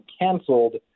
canceled